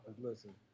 listen